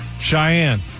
Cheyenne